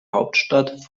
hauptstadt